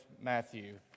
Matthew